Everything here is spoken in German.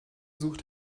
sucht